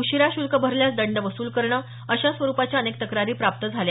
उशिरा श्र्ल्क भरल्यास दंड वसूल करणं अशा स्वरुपाच्या अनेक तक्रारी प्राप्त झाल्या आहेत